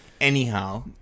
Anyhow